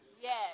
yes